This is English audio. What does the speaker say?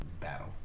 battle